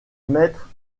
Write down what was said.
maître